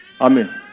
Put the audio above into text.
Amen